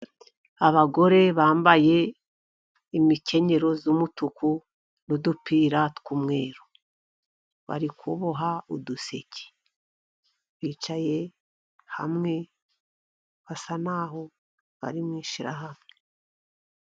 Abagore bambaye imikenyero y'umutuku n'udupira tw'umweru, bari kuboha uduseke bicaye hamwe basa naho bari mu ishyirahamwe.